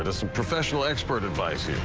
and some professional expert advice.